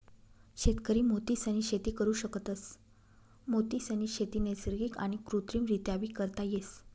शेतकरी मोतीसनी शेती करु शकतस, मोतीसनी शेती नैसर्गिक आणि कृत्रिमरीत्याबी करता येस